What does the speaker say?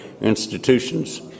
institutions